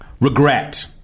Regret